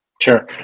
Sure